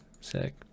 Sick